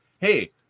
hey